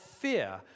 fear